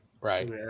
Right